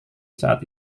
saat